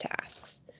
tasks